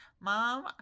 mom